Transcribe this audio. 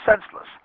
senseless